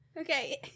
Okay